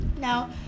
now